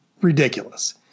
ridiculous